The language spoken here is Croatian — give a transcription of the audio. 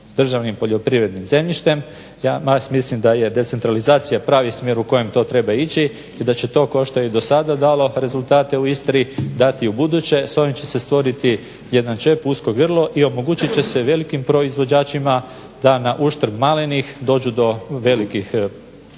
državnim poljoprivrednim zemljištem. Ja danas mislim da je centralizacija pravi smjer u kojem to treba ići i da će to kao što je i do sada dalo rezultate u Istri dati ubuduće. S ovim će se stvoriti jedan čep, usko grlo i omogućiti će se velikim proizvođačima da na uštrb malenih dođu do velikih površina.